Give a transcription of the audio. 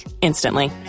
instantly